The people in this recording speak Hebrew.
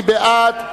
מי בעד?